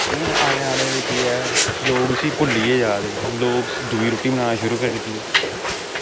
हून आनें आनें केह् ऐ लोग इसी भुल्ली गै जा दे लोग दूई रुट्टी बनाना शुरु करी दे